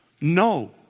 no